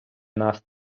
нас